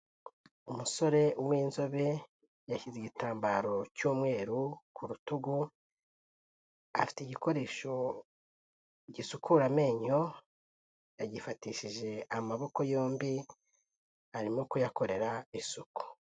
Umusore w'inzobe yashyize igitambaro cy'umweru ku rutugu, afite igikoresho gisukura amenyo, yagifatishije amaboko yombi, arimo kuyakorera isuku.